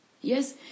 Yes